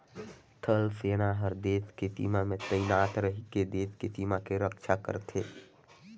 थल सेना हर देस के सीमा में तइनात रहिके देस के सीमा के रक्छा करथे